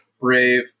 Brave